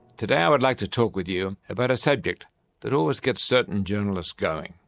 today i would like to talk with you about a subject that always gets certain journalists going